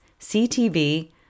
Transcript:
CTV